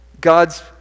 God's